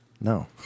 No